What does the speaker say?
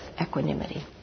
equanimity